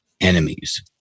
enemies